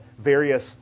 various